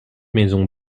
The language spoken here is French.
maison